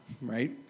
right